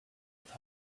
with